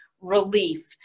relief